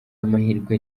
amahirwe